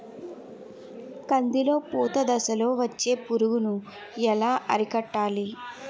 కందిలో పూత దశలో వచ్చే పురుగును ఎలా అరికట్టాలి?